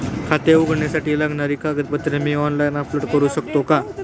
खाते उघडण्यासाठी लागणारी कागदपत्रे मी ऑनलाइन अपलोड करू शकतो का?